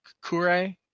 Kure